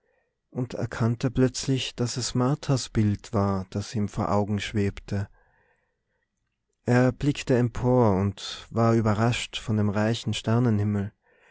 und erkannte plötzlich daß es marthas bild war das ihm vor augen schwebte er blickte empor und war überrascht von dem reichen